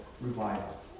revival